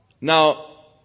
Now